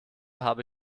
habe